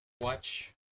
watch